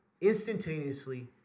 instantaneously